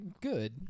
good